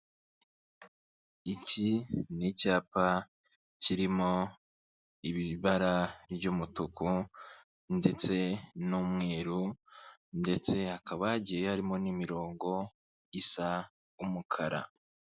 Iki ni icyapa kirimo ibara ry'umutuku ndetse n'umweru ndetse hakaba hagiye harimo n'imirongo isa umukara.